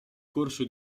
corso